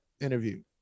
interview